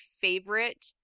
favorite